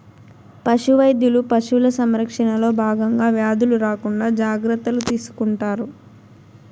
పశు వైద్యులు పశువుల సంరక్షణలో భాగంగా వ్యాధులు రాకుండా జాగ్రత్తలు తీసుకుంటారు